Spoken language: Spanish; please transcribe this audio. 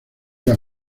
las